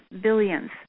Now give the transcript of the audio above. billions